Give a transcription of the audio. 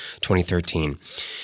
2013